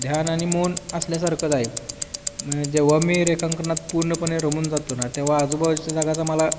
ध्यान आणि मौन असल्यासारखंच आहे जेव्हा मी रेखांकनात पूर्णपणे रमून जातो ना तेव्हा आजूबाजूच्या जगाचा मला